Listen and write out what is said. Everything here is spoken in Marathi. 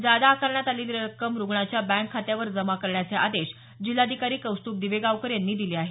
जादा आकारण्यात आलेली रक्कम रुग्णाच्या बँक खात्यावर जमा करण्याचे आदेश जिल्हाधिकारी कौस्तुभ दिवेगावकर यांनी दिले आहेत